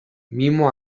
mimo